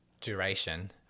duration